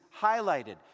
highlighted